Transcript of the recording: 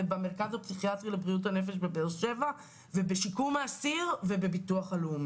ובמרכז הפסיכיאטרי לבריאות הנפש בבאר שבע ובשיקום האסיר ובביטוח לאומי.